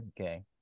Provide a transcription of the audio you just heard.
Okay